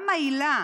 גם העילה